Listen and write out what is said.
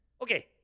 Okay